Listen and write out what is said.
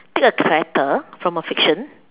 pick a character from a fiction